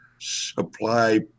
supply